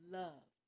love